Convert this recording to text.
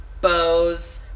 bows